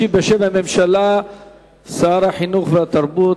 ישיב בשם הממשלה שר החינוך והתרבות,